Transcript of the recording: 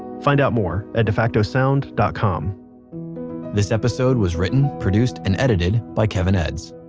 find out more at defacto sound dot com this episode was written, produced, and edited by kevin edds,